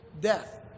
death